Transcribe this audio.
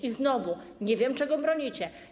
I znowu: nie wiem, czego bronicie.